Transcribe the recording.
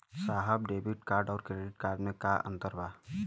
साहब debit card और credit card में का अंतर बा?